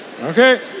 Okay